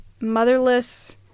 motherless